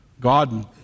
God